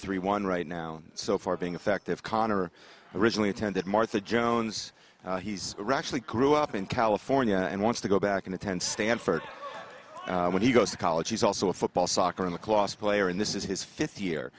three one right now so far being effective connor originally intended martha jones he's rashly grew up in california and wants to go back and attend stanford when he goes to college he's also a football soccer in the last player and this is his fifth year